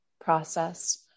process